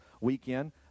weekend